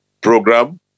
program